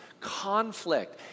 conflict